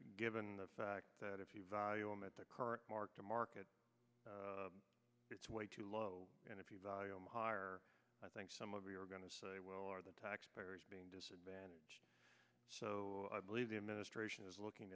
given the fact that if you value him at the current mark to market it's way too low and if you value higher i think some of you are going to say well are the tax payers being disadvantaged so i believe the administration is looking